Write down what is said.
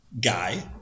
guy